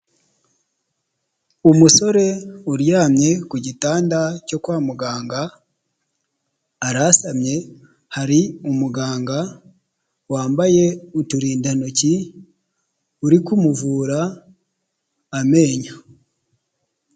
Uyu musore uryamye ku gitanda cyo kwa muganga arasamye, hari umuganga wambaye uturindantoki uri kumuvura amenyo.